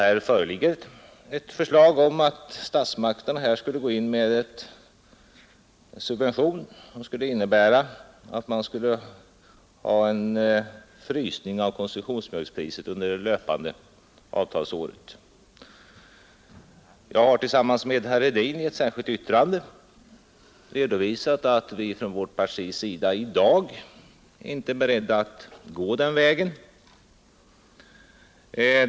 Det föreligger ett förslag om att statsmakterna skulle gå in med subventioner som skulle innebära en frysning av konsumtionsmjölkspriset under löpande avtalsår. Jag har tillsammans med herr Hedin i ett särskilt yttrande redovisat att vi från vårt partis sida i dag inte är beredda att gå den vägen.